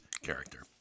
character